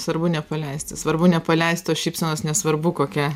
svarbu nepaleisti svarbu nepaleist tos šypsenos nesvarbu kokia